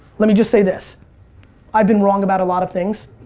let me just say this i've been wrong about a lot of things,